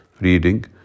reading